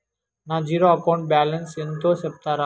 నా zero account balance ఎంతో సెప్తారా?